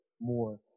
more